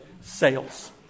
sales